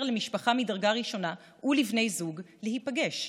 למשפחה מדרגה ראשונה ולבני זוג להיפגש,